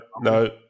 no